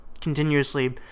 continuously